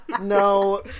no